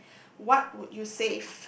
what would you save